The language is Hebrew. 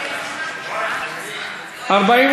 לוועדת העבודה,